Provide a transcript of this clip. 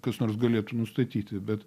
kas nors galėtų nustatyti bet